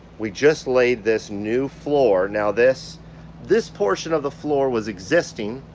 we just laid this new floor. now this this portion of the floor was existing